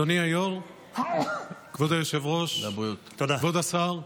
כבוד היושב-ראש, כבוד השר,